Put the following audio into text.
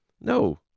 No